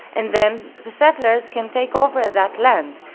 and then the settlers can take over that land.